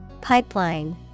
Pipeline